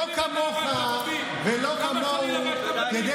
לא כמוך ולא כמוהו, כמה שנים לבשת מדים?